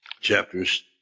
chapters